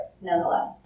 nonetheless